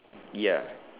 ya